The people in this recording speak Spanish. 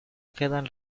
quedan